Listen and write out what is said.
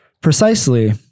Precisely